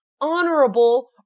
honorable